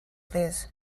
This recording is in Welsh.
plîs